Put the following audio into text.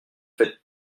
faites